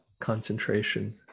concentration